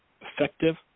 effective